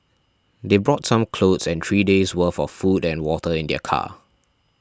they brought some clothes and three days' worth of food and water in their car